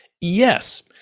yes